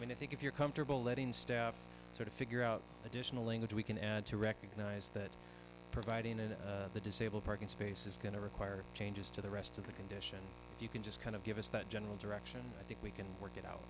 i mean i think if you're comfortable letting staff sort of figure out additional language we can add to recognize that providing in the disabled parking space is going to require changes to the rest of the condition you can just kind of give us that general direction i think we can work it out